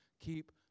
keep